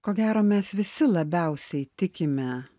ko gero mes visi labiausiai tikime